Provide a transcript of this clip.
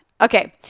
Okay